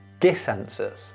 dissensus